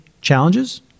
challenges